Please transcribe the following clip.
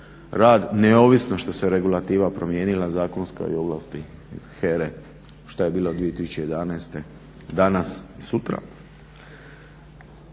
rad neovisno što se regulativa promijenila zakonska i ovlasti HERA-e što je bilo 2011. danas i sutra.